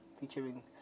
featuring